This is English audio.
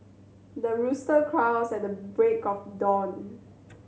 the rooster crows at the break of dawn